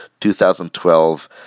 2012